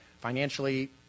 financially